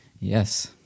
Yes